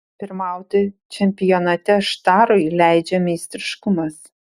pirmauti čempionate štarui leidžia meistriškumas